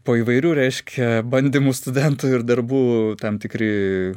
po įvairių reiškia bandymų studentų ir darbų tam tikri